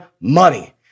money